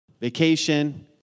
vacation